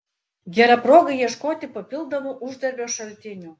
gera proga ieškoti papildomų uždarbio šaltinių